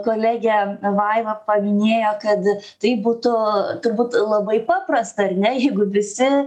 kolegė vaiva paminėjo kad tai būtų turbūt labai paprasta ar ne jeigu visi